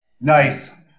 Nice